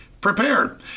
prepared